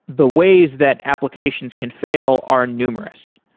the ways that applications can fail are numerous.